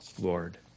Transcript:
Lord